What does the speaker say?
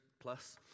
plus